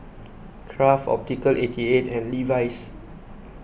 Kraft Optical eighty eight and Levi's